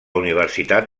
universitat